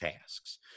tasks